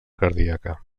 cardíaca